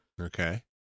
Okay